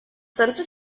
sensor